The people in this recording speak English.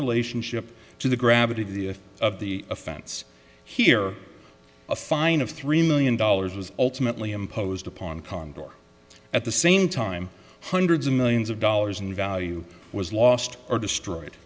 relationship to the gravity of the of the offense here a fine of three million dollars was ultimately imposed upon condo or at the same time hundreds of millions of dollars in value was lost or destroyed